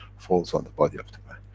falls on the body of the man.